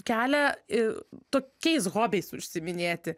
kelią i tokiais hobiais užsiiminėti